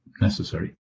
necessary